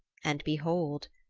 and behold!